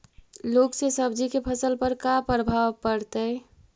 लुक से सब्जी के फसल पर का परभाव पड़तै?